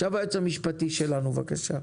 עכשיו היועץ המשפטי שלנו, בבקשה.